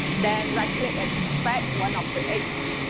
then right-click and inspect one of the eggs.